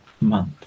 month